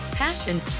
passion